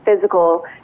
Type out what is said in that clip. physical